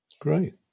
Great